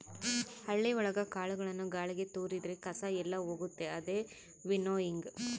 ಹಳ್ಳಿ ಒಳಗ ಕಾಳುಗಳನ್ನು ಗಾಳಿಗೆ ತೋರಿದ್ರೆ ಕಸ ಎಲ್ಲ ಹೋಗುತ್ತೆ ಅದೇ ವಿನ್ನೋಯಿಂಗ್